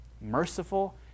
merciful